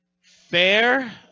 Fair